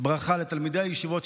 ברכה לתלמידי הישיבות,